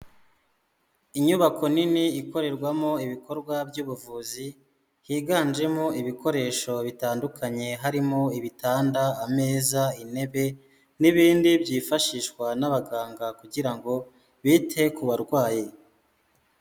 Inyubako nini ikorerwamo ibikorwa by'ubuvuzi higanjemo ibikoresho bitandukanye harimo ibitanda, ameza, intebe n'ibindi byifashishwa n'abaganga kugira ngo bite ku barwayi.